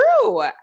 true